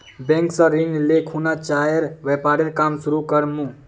bank स ऋण ले खुना चाइर व्यापारेर काम शुरू कर मु